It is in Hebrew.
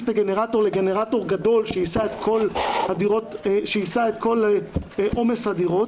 את הגנרטור לגנרטור גדול שיישא את כל עומס הדירות,